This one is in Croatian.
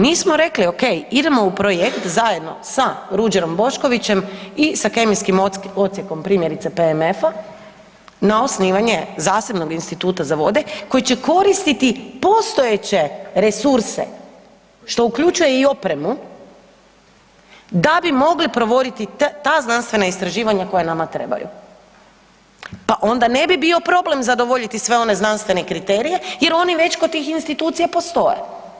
Mi smo rekli, ok idemo u projekt zajedno sa Ruđerom Boškovićem i sa Kemijskim odsjekom primjerice PMF-a na osnivanje zasebnog instituta za vode koji će koristiti postojeće resurse, što uključuje i opremu da bi mogli provoditi ta znanstvena istraživanja koja nama trebaju, pa onda ne bi bio problem zadovoljiti sve one znanstvene kriterije jer oni već kod tih institucija postoje.